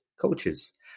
cultures